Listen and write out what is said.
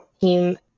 team